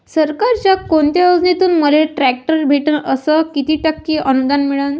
सरकारच्या कोनत्या योजनेतून मले ट्रॅक्टर भेटन अस किती टक्के अनुदान मिळन?